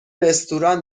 رستوران